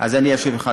אז אני אשיב לך.